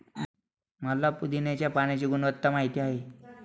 मला पुदीन्याच्या पाण्याची गुणवत्ता माहित आहे